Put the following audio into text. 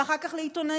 ואחר כך על עיתונאים.